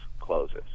closes